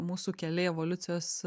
mūsų keliai evoliucijos